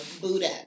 Buddha